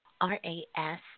R-A-S